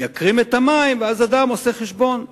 מייקרים את המים, ואז אדם עושה חשבון.